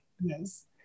Yes